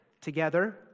together